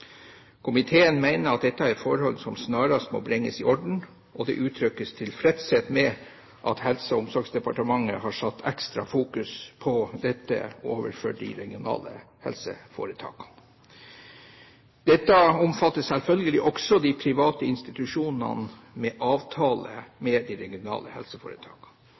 Komiteen mener at dette er forhold som snarest må bringes i orden, og det uttrykkes tilfredshet med at Helse- og omsorgsdepartementet har fokusert ekstra på dette overfor de regionale helseforetakene. Dette omfatter selvfølgelig også de private institusjonene med avtale med de regionale helseforetakene.